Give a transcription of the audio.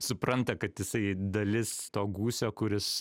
supranta kad jisai dalis to gūsio kuris